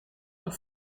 een